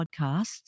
podcasts